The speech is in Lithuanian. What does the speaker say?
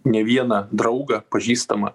ne vieną draugą pažįstamą